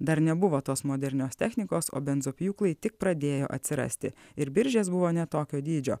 dar nebuvo tos modernios technikos o benzopjūklai tik pradėjo atsirasti ir biržės buvo ne tokio dydžio